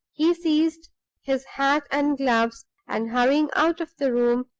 he seized his hat and gloves, and hurrying out of the room,